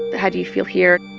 how do you feel here?